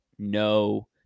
No